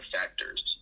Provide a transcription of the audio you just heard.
factors